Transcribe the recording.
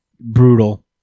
brutal